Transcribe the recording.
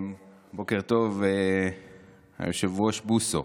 בוקר טוב, היושב-ראש בוסו.